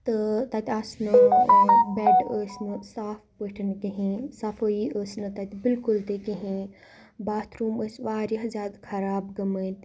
تہٕ تَتہِ آسنہٕ بیٚڈ ٲسۍ نہٕ صاف پٲٹھۍ کِہیٖنۍ صفٲیی ٲسۍ نہٕ تَتہِ بِلکُل تہِ کِہیٖنۍ باتھروٗم ٲسۍ واریاہ زیادٕ خراب گٔمٕتۍ